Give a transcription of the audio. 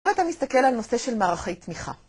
ואתה מסתכל על נושא של מערכי תמיכה.